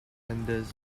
tenders